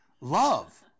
Love